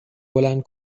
بلند